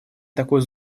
такой